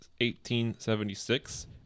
1876